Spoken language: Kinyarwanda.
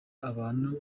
abantu